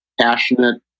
passionate